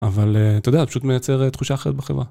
אבל אתה יודע, פשוט מייצר תחושה אחרת בחברה.